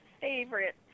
favorite